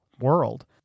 world